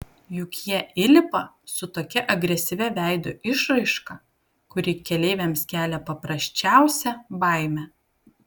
juk jie įlipa su tokia agresyvia veido išraiška kuri keleiviams kelia paprasčiausią baimę